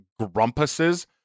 Grumpuses